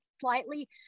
slightly